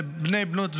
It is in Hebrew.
לבני ובנות זוגם,